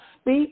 speak